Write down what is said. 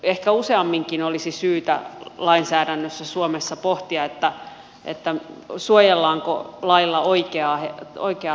ehkä useamminkin olisi syytä lainsäädännössä suomessa pohtia suojellaanko lailla oikeaa tahoa